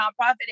nonprofit